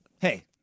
Hey